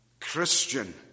Christian